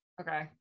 Okay